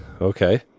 Okay